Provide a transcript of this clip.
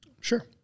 Sure